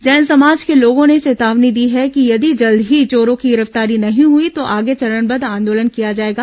जैन समाज के लोगों ने चेतावनी दी है कि यदि जल्द ही चोरों की गिरफ्तारी हई तो आगे चरणबद्ध आंदोलन किया जाएगा